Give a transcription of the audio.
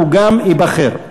גם הוא ייבחר.